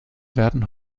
werden